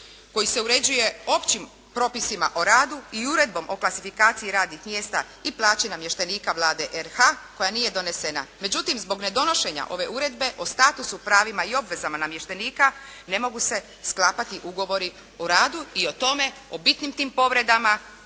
koji se uređuje općim propisima o radu i Uredbom o klasifikaciji radnih mjesta i plaći namještenika Vlade RH koja nije donesena. Međutim, zbog nedonošenja ove uredbe o statusu, pravima i obvezama namještenika ne mogu se sklapati ugovori o radu i o tome, o bitnim tim povredama